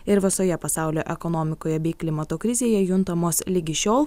ir visoje pasaulio ekonomikoje bei klimato krizėje juntamos ligi šiol